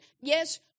yes